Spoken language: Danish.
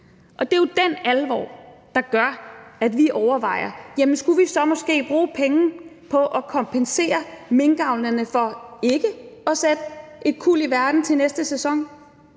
Det er jo den alvor, der gør, at vi overvejer, om vi så måske skulle bruge penge på at kompensere minkavlerne for ikke at sætte et kuld i verden til næste sæson,